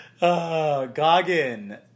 Goggin